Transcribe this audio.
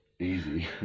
Easy